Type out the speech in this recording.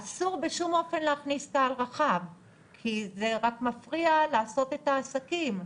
אסור בשום אופן להכניס קהל רחב כי זה רק מפריע לעשות את העסקים.